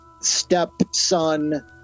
stepson